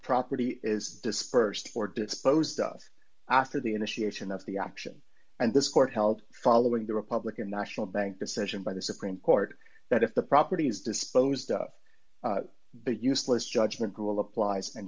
property is dispersed for disposed of after the initiation of the option and this court held following the republican national bank decision by the supreme court that if the property is disposed of that useless judgment will applies and